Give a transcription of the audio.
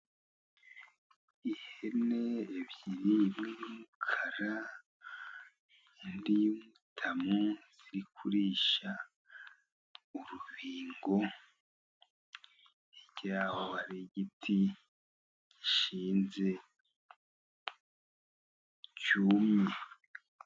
Ihene ebyiri imwe y'umukara indi y'umutamu irikurisha urubingo, hirya yaho hari igiti gishinze cyumye.